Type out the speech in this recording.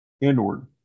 inward